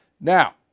Now